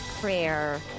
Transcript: Prayer